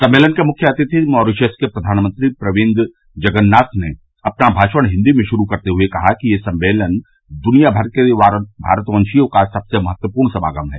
सम्मेलन के मुख्य अतिथि मॉरिशस के प्रधानमंत्री प्रविंद जगनाथ ने अपना भाषण हिन्दी में शुरू करते हए कहा कि यह सम्मेलन द्वियामर के भारतवशियों का सबसे महत्वपूर्ण समागम है